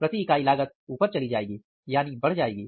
प्रति इकाई लागत ऊपर चली जाएगी यानी बढ़ जाएगी